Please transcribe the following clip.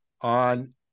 on